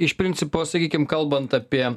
iš principo sakykim kalbant apie